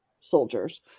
soldiers